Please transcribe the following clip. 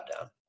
down